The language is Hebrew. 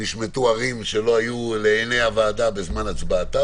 נשמטו ערים שלא היו לעיני הוועדה בזמן הצבעתה